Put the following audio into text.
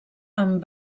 amb